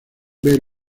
ver